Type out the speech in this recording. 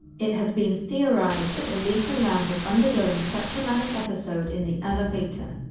it has been theorized that elisa lam was undergoing such a manic episode in the elevator.